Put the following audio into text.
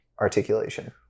articulation